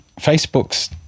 Facebook's